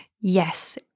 Yes